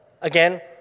again